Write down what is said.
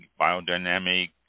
biodynamic